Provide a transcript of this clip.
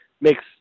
makes